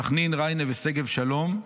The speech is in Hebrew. סח'נין, ריינה ושגב שלום,